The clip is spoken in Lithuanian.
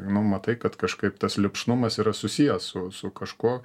nu matai kad kažkaip tas lipšnumas yra susijęs su su kažkuo